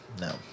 No